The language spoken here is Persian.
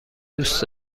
دوست